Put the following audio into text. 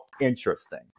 interesting